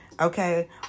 Okay